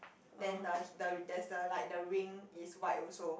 then the the there's the like the ring is white also